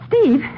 Steve